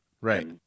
right